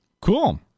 Cool